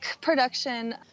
production